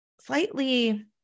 slightly